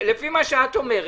לפי מה שאת אומרת,